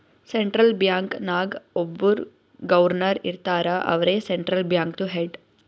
central bank ನಾಗ್ ಒಬ್ಬುರ್ governor ಇರ್ತಾರ ಅವ್ರೇ ಸೆಂಟ್ರಲ್ ಬ್ಯಾಂಕ್ದು ಹೆಡ್